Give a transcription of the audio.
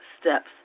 steps